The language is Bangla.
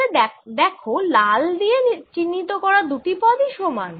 তাহলে দেখো লাল দিয়ে চিহ্নিত করা দুটি পদই সমান